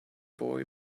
boy